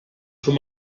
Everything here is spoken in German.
schon